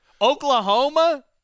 Oklahoma